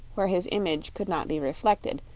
where his image could not be reflected,